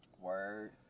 Word